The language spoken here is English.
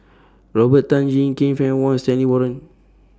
Robert Tan Jee Keng Fann Wong Stanley Warren